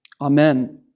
Amen